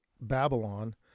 Babylon